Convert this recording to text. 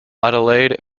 adelaide